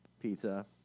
pizza